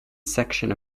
section